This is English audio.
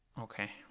Okay